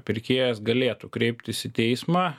pirkėjas galėtų kreiptis į teismą